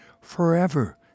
forever